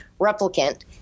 replicant